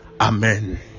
Amen